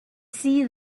see